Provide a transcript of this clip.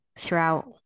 throughout